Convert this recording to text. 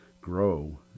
grow